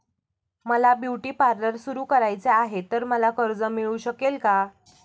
मला beauty parlour सुरू करायचे आहे तर मला कर्ज मिळू शकेल का?